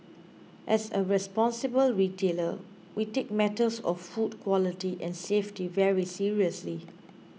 as a responsible retailer we take matters of food quality and safety very seriously